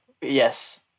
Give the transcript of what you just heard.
yes